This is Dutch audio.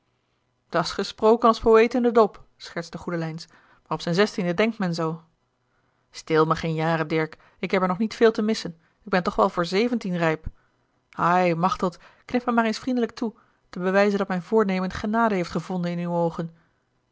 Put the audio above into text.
opwegen dat's gesproken als poëet in den dop schertste goedelijns maar op zijn zestiende denkt men zoo a l g bosboom-toussaint de delftsche wonderdokter eel teel me geen jaren dirk ik heb er nog niet veel te missen ik ben toch wel voor zeventien rijp ai machteld knik me maar eens vriendelijk toe ten bewijze dat mijn voornemen genade heeft gevonden in uwe oogen